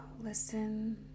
listen